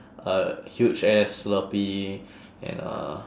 a huge ass slurpee and a